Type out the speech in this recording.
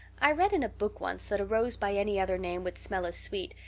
i read in a book once that a rose by any other name would smell as sweet,